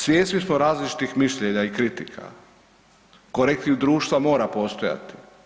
Svjesni smo različitih mišljenja i kritika, korektiv društva mora postojati.